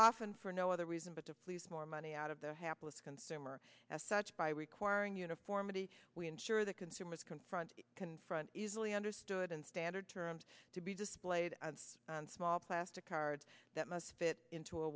often for no other reason but to please more money out of the hapless consumer as such by requiring uniformity we ensure that consumers confront confront easily understood in standard terms to be displayed on small plastic cards that must fit into a